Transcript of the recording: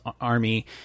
army